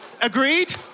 Agreed